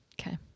Okay